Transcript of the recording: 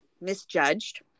misjudged